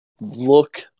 look